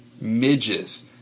midges